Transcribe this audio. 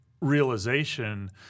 realization